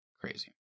Crazy